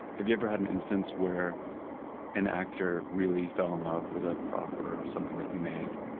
have you ever had an instance where an actor really fell in love with a prop or something that you made?